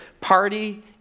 party